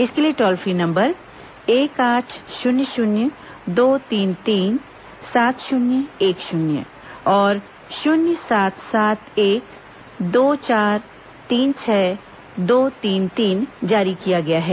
इसके लिए toll free number एक आठ शून्य शून्य दो तीन तीन सात शून्य एक शून्य और शून्य सात सात एक दो चार तीन छह दो तीन तीन जारी किया गया है